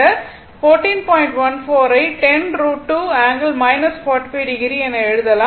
14 ஐ 10 √2 ∠ 45o என எழுதலாம்